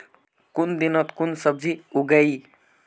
कुन दिनोत कुन सब्जी उगेई?